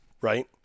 right